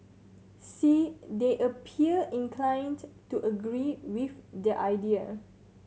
see they appear inclined to agree with the idea